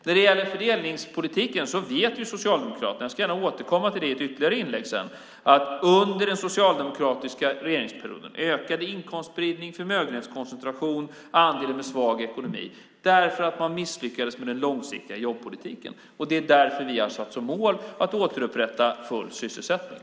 När det gäller fördelningspolitiken vet Socialdemokraterna - jag ska gärna återkomma till det i ett ytterligare inlägg sedan - att under den socialdemokratiska regeringsperioden ökade inkomstspridningen, förmögenhetskoncentrationen och andelen med svag ekonomi därför att man misslyckades med den långsiktiga jobbpolitiken. Det är därför vi har satt som mål att återupprätta full sysselsättning.